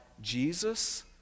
Jesus